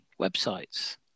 websites